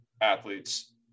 athletes